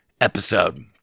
episode